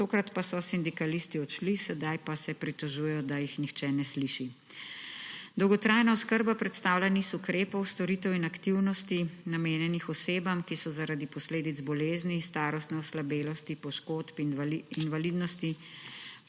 Tokrat pa so sindikalisti odšli, sedaj pa se pritožujejo, da jih nihče ne sliši. Dolgotrajna oskrba predstavlja niz ukrepov, storitev in aktivnosti, namenjenih osebam, ki so zaradi posledic bolezni, starostne oslabelosti, poškodb, invalidnosti,